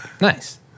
Nice